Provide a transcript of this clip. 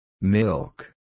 Milk